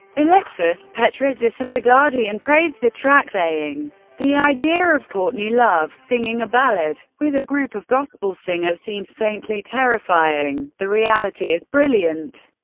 alexis petridis of the guardian praised the track, saying the idea of courtney love singing a ballad with a group of gospel singers seems faintly terrifying. the reality is brilliant.